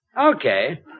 Okay